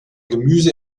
gemüse